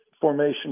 formation